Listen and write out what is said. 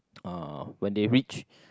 uh when they reach